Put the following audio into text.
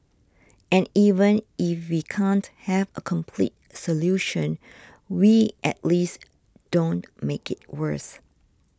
and even if we can't have a complete solution we at least don't make it worse